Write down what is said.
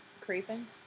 creeping